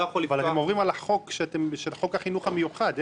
אבל אתם עוברים על חוק החינוך המיוחד,